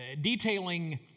detailing